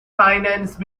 finance